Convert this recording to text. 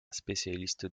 spécialiste